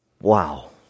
Wow